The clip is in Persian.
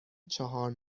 چهار